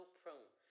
prone